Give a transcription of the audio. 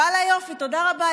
ואללה, יופי, תודה רבה.